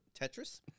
Tetris